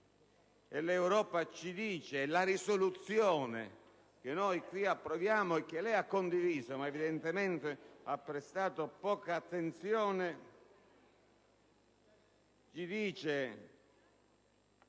L'Europa ci dice - e la risoluzione che noi qui approviamo e che lei ha condiviso lo afferma, ma evidentemente ha prestato poca attenzione - che,